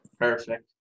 Perfect